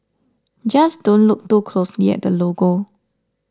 just don't look too closely at the logo